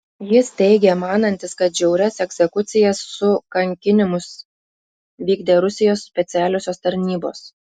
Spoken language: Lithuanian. jis teigė manantis kad žiaurias egzekucijas su kankinimus vykdė rusijos specialiosios tarnybos